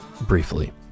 briefly